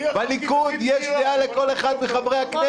בליכוד יש דעה לכל אחד מחברי הכנסת,